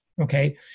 okay